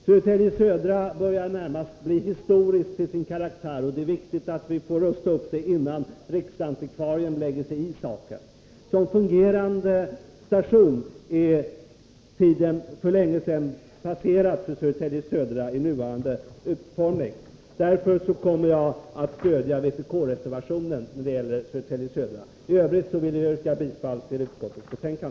Södertälje Södra börjar närmast bli historisk till sin karaktär, och det är viktigt att vi får rusta upp stationen innan riksantikvarien lägger sig i saken. Tiden är för länge sedan passerad för Södertälje Södra som fungerande station i dess nuvarande utformning. Därför kommer jag i omröstningen att stödja vpk-reservationen när det gäller Södertälje Södra. I övrigt vill jag yrka bifall till utskottets hemställan.